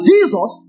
Jesus